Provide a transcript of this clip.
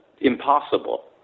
impossible